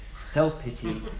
Self-pity